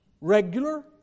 Regular